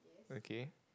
okay